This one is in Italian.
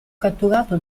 catturato